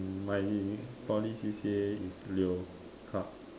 hmm my Poly C_C_A is leoclub